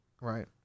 Right